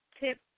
tip